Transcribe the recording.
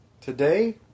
Today